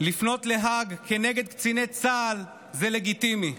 לפנות להאג כנגד קציני צה"ל זה לגיטימי.